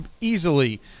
Easily